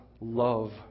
love